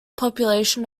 population